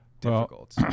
difficult